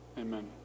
Amen